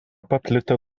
paplitę